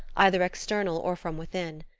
either external or from within.